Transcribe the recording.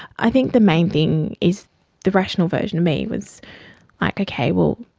i think the main thing is the rational version of me was like, okay, well,